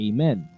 Amen